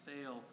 fail